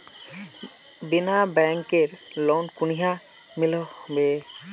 बिना बैंकेर लोन कुनियाँ मिलोहो होबे?